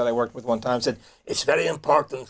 that i worked with one time said it's very important